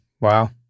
Wow